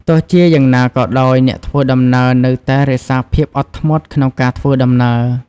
ទោះជាយ៉ាងណាក៏ដោយ អ្នកធ្វើដំណើរនៅតែរក្សាភាពអត់ធ្មត់ក្នុងការធ្វើដំណើរ។